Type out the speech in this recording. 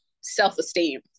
self-esteem